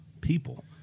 people